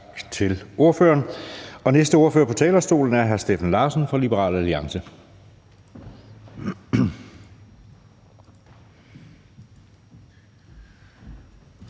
Tak til ordføreren. Næste ordfører på talerstolen er hr. Steffen Larsen fra Liberal Alliance.